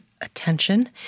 attention